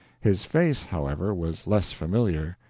his face, however, was less familiar.